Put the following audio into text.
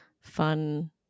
fun